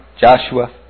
Joshua